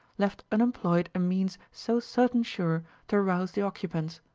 left unemployed a means so certain-sure to rouse the occupants.